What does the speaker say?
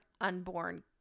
unborn